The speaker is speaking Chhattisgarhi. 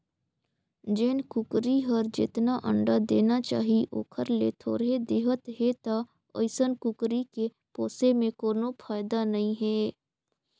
जेन कुकरी हर जेतना अंडा देना चाही ओखर ले थोरहें देहत हे त अइसन कुकरी के पोसे में कोनो फायदा नई हे